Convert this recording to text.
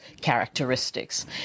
characteristics